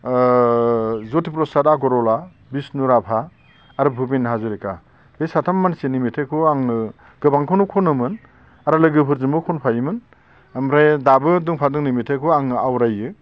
ओ ज्यति प्रसाद आग'रवाला बिष्णु राभा आरो भुपेन हाज'रिका बे साथाम मानसिनि मेथाइखौ आङो गोबांखौनो खनोमोन आरो लोगोफोरजोंबो खनफायोमोन ओमफ्राय दाबो दोंफा दोंनै मेथाइखौ आंनो आवरायो